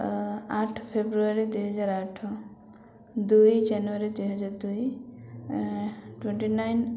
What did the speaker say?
ଆଠ ଫେବୃଆରୀ ଦୁଇହଜାର ଆଠ ଦୁଇ ଜାନୁଆରୀ ଦୁଇହଜାର ଦୁଇ ଟ୍ୱେଣ୍ଟି ନାଇନ